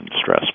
stress